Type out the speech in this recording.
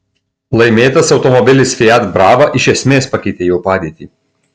laimėtas automobilis fiat brava iš esmės pakeitė jo padėtį